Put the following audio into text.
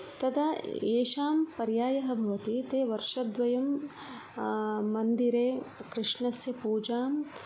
तदा येषां पर्यायः भवति ते वर्षद्वयं मन्दिरे कृष्णस्य पूजां